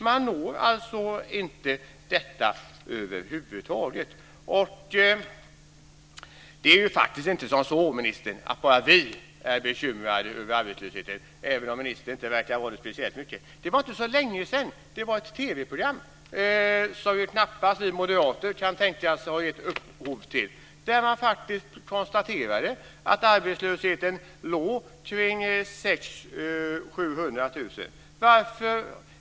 Man når alltså inte detta över huvud taget. Det är ju faktiskt inte så, ministern, att bara vi är bekymrade över arbetslösheten - även om ministern inte verkar vara det speciellt mycket. Det var inte så länge sedan det var ett TV-program, som ju knappast vi moderater kan tänkas ha gett upphov till, där man faktiskt konstaterade att arbetslösheten låg kring 600 000 - 700 000.